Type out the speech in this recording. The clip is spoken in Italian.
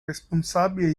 responsabili